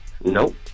Nope